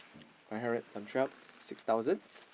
one hundred times twelve six thousand